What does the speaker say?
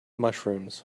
mushrooms